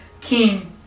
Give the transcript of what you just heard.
king